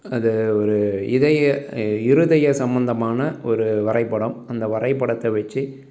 அது ஒரு இதய இருதய சம்மந்தமான ஒரு வரைபடம் அந்த வரைபடத்தை வச்சு